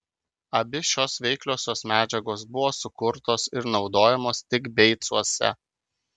abi šios veikliosios medžiagos buvo sukurtos ir naudojamos tik beicuose